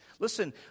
Listen